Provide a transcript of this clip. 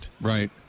Right